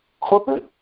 corporate